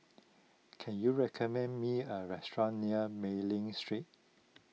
can you recommend me a restaurant near Mei Ling Street